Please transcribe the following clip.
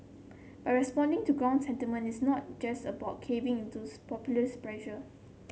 but responding to ground sentiment is not just about caving into populist pressure